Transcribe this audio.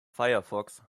firefox